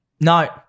No